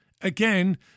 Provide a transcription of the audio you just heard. again